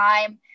time